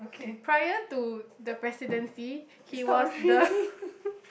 prior to the presidency he was the